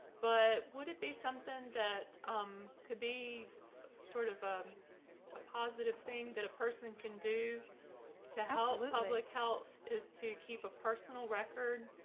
but would it be something that um could be sort of um a positive thing that a person can do to help public health is to keep a personal record,